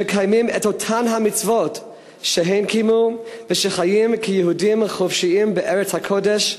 שמקיימים את אותן המצוות שהם קיימו וחיים כיהודים חופשיים בארץ הקודש,